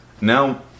Now